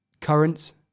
Currents